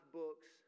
books